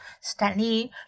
Stanley